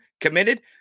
committed